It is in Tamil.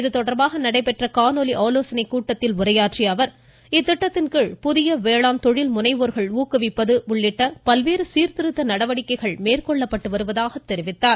இதுதொடர்பாக நடைபெற்ற காணொலி ஆலோசனைக் கூட்டத்தில் பேசிய அவர் இத்திட்டத்தின்கீழ் புதிய வேளாண் தொழில் முனைவோர்கள் ஊக்குவிப்பது உள்ளிட்ட பல்வேறு சீர்திருத்த நடவடிக்கைகள் மேற்கொள்ளப்பட்டு வருவதாக கூறினார்